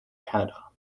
canada